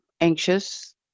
anxious